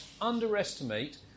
underestimate